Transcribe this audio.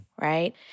right